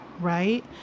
Right